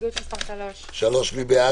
הסתייגות מס' 2. מי בעד